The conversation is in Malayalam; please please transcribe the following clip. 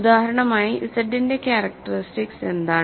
ഉദാഹരണമായി Z ന്റെ ക്യാരക്ടറിസ്റ്റിക്സ് എന്താണ്